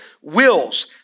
wills